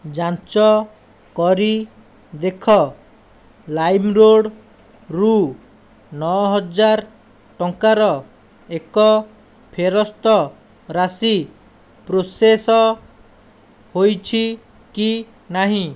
ଯାଞ୍ଚ କରି ଦେଖ ଲାଇମ୍ରୋଡ଼୍ରୁ ନଅହଜାର ଟଙ୍କାର ଏକ ଫେରସ୍ତ ରାଶି ପ୍ରୋସେସ୍ ହୋଇଛି କି ନାହିଁ